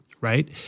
Right